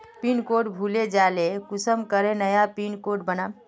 Pin code भूले जाले कुंसम करे नया पिन कोड बनाम?